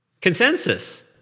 consensus